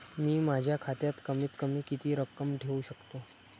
मी माझ्या खात्यात कमीत कमी किती रक्कम ठेऊ शकतो?